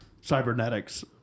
cybernetics